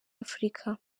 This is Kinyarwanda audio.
afurika